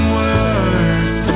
worse